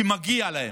כי מגיע להן.